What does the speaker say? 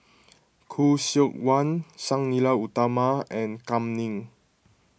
Khoo Seok Wan Sang Nila Utama and Kam Ning